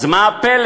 אז מה הפלא,